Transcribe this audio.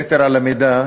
יתר על המידה.